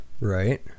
Right